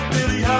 Billy